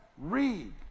read